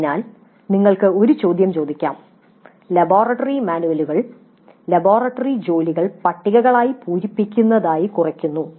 അതിനാൽ നിങ്ങൾക്ക് ഒരു ചോദ്യം ചോദിക്കാം "ലബോറട്ടറി മാനുവലുകൾ ലബോറട്ടറി ജോലികൾ പട്ടികകൾ പൂരിപ്പിക്കുന്നതായി കുറയ്ക്കുന്നു"